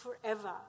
forever